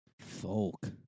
Folk